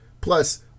Plus